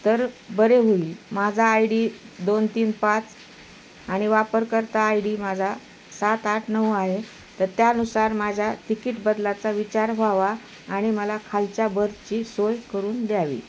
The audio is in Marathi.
तर बरे होईल माझा आय डी दोन तीन पाच आणि वापरकर्ता आय डी माझा सात आठ नऊ आहे तर त्यानुसार माझ्या तिकीट बदलाचा विचार व्हावा आणि मला खालच्या बरथची सोय करून द्यावी